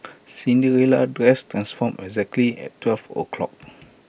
Cinderella's dress transformed exactly at twelve o' clock